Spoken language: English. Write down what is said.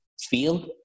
field